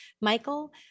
Michael